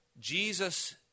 Jesus